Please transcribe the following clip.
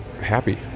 happy